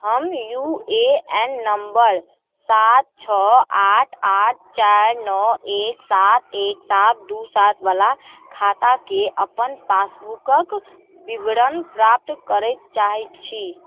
हम U A N number सात छओ आठ आठ चारि नओ एक सात एक सात दू सात बला खाताके अपन पासबुकक विवरण प्राप्त करय चाहैत छी